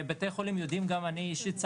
גם אני אישית,